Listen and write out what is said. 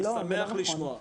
אני שמח לשמוע.